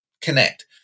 connect